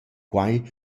quai